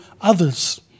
others